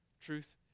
Truth